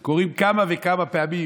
אנחנו קוראים כמה וכמה פעמים,